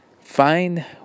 find